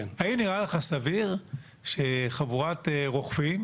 האם נראה לך סביר שחבורת רוכבים,